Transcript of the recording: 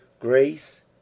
grace